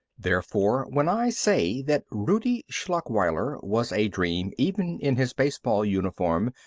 therefore, when i say that rudie schlachweiler was a dream even in his baseball uniform,